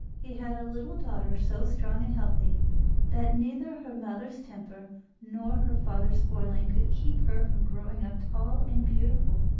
he had a little daughter so strong and healthy that neither her mother's temper nor her father's spoiling could keep her from growing up tall and beautiful.